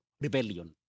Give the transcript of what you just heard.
rebellion